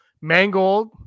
Mangold